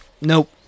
Nope